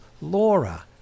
Laura